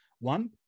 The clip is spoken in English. One